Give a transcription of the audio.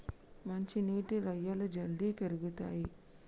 మంచి నీటి రొయ్యలు జల్దీ పెరుగుతయ్